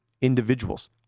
individuals